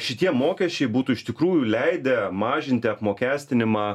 šitie mokesčiai būtų iš tikrųjų leidę mažinti apmokestinimą